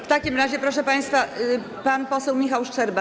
W takim razie, proszę państwa, pan poseł Michał Szczerba.